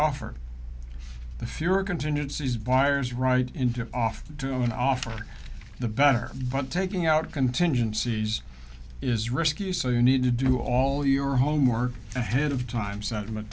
offer the fewer continues these buyers write into off an offer the better but taking out contingencies is risky so you need to do all your homework ahead of time sentiment